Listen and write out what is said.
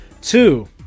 Two